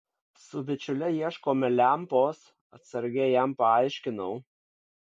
su bičiule ieškome lempos atsargiai jam paaiškinau